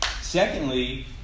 Secondly